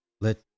let